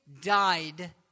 died